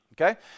Okay